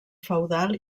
feudal